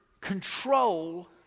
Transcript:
control